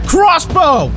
Crossbow